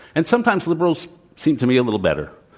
and sometimes liberals seem to me a little better.